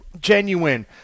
genuine